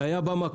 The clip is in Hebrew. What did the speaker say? זה היה במקום.